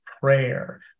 prayer